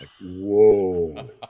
Whoa